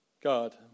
God